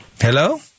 Hello